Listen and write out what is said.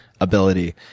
ability